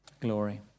glory